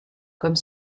comme